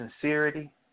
sincerity